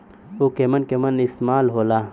उव केमन केमन इस्तेमाल हो ला?